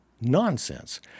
nonsense